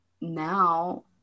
now